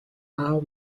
аав